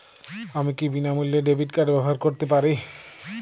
আমি কি বিনামূল্যে ডেবিট কার্ড ব্যাবহার করতে পারি?